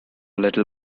little